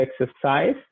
exercise